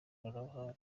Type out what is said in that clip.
z’ikoranabuhanga